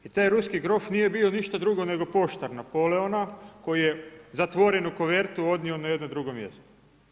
I taj ruski grof nije bio ništa drugo nego poštar Napoleona, koji je zatvorenu kovertu odnio na jedno drugo mjesto.